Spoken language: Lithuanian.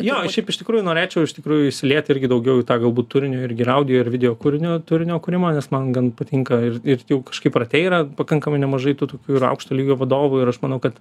jo šiaip iš tikrųjų norėčiau iš tikrųjų įsiliet irgi daugiau į tą galbūt turinio irgi ir audio ir video kūrinio turinio kūrimą nes man gan patinka ir ir kažkaip rate yra pakankamai nemažai tų tokių ir aukšto lygio vadovų ir aš manau kad